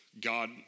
God